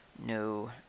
No